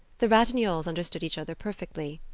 the ratignolles understood each other perfectly.